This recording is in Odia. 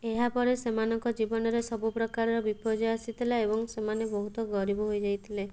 ଏହା ପରେ ସେମାନଙ୍କ ଜୀବନରେ ସବୁପ୍ରକାରର ବିପର୍ଯ୍ୟୟ ଆସିଥିଲା ଏବଂ ସେମାନେ ବହୁତ ଗରିବ ହୋଇଯାଇଥିଲେ